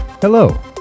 Hello